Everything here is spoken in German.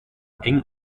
eng